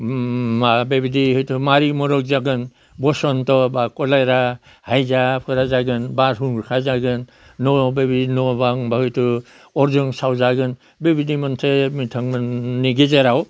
मा बेबायदि हयथ' मारि मर' जागोन बशनथ' बा खलायरा हायजाफोरा जागोन बारहुंखा जागोन न'आव बेबायदि न' बां बा हयथ' अरजों सावजागोन बेबिदि मोनसे बिथांमोनननि गेजेराव